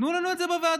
תנו לנו את זה בוועדות,